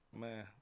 Man